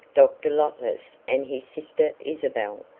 dr. lotless and his sister isabel,